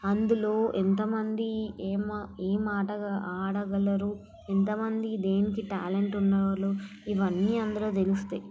అందులో ఎంత మంది ఏమా ఎం ఆట ఆడగలరు ఎంతమంది దేనికి టాలెంట్ ఉన్న వాళ్ళు ఇవన్నీ అందులో తెలుస్తాయి